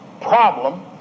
problem